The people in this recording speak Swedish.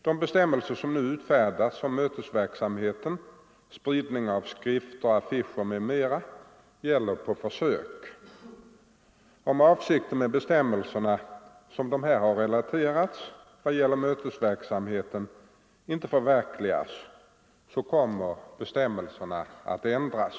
De bestämmelser som nu utfärdats om mötesverksamhet, spridning av skrifter, affischering m.m. gäller på försök. Om avsikten med bestämmelserna, och som här relaterats vad gäller mötesverksamhet, inte förverkligas kommer bestämmelserna att ändras.